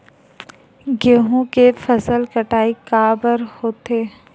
गेहूं के फसल कटाई काबर होथे?